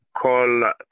call